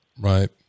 Right